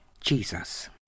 Jesus